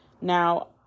Now